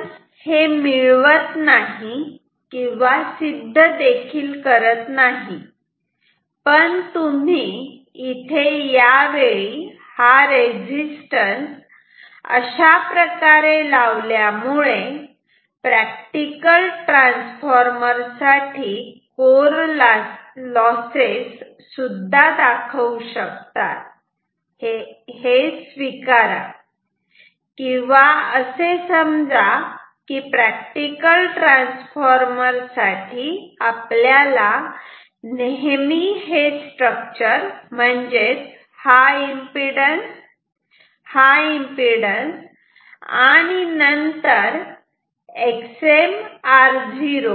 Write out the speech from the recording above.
आपण हे मिळवत नाही किंवा सिद्ध देखील करत नाही पण तुम्ही इथे यावेळी हा रेजिस्टन्स अशाप्रकारे लावल्यामुळे प्रॅक्टिकल ट्रान्सफॉर्मर साठी कोर लॉसेस सुद्धा दाखवू शकतात हे स्वीकारा किंवा असे समजा की प्रॅक्टिकल ट्रान्सफॉर्मर साठी आपल्याला नेहमी हे स्ट्रक्चर म्हणजेच हा एम्पिडन्स हा एम्पिडन्स आणि नंतर XmR0